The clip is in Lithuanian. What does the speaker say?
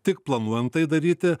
tik planuojant tai daryti